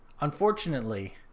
Unfortunately